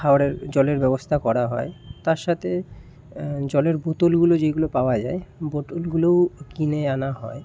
খাওয়ারের জলের ব্যবস্থা করা হয় তার সাথে জলের বোতলগুলো যেগুলো পাওয়া যায় বোতলগুলো কিনে আনা হয়